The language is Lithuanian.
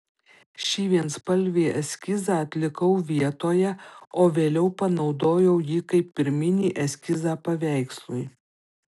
šį vienspalvį eskizą atlikau vietoje o vėliau panaudojau jį kaip pirminį eskizą paveikslui